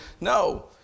No